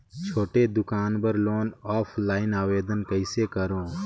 छोटे दुकान बर लोन ऑफलाइन आवेदन कइसे करो?